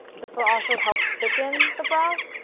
this will also help thicken the broth.